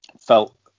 felt